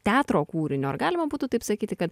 teatro kūrinio ar galima būtų taip sakyti kad